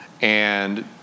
And-